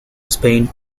spain